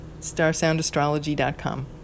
StarsoundAstrology.com